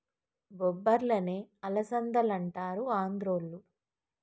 బొబ్బర్లనే అలసందలంటారు ఆంద్రోళ్ళు